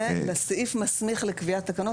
זה לסעיף מסמיך לקביעת תקנות,